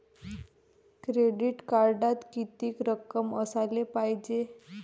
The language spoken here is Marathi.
क्रेडिट कार्डात कितीक रक्कम असाले पायजे?